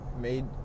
made